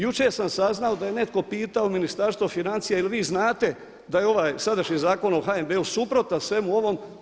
Jučer sam saznao da je netko pitao Ministarstvo financija jer vi znate da je ovaj sadašnji Zakon o HNB-u suprotan svemu ovom?